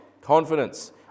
Confidence